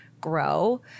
grow